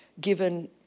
given